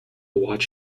watch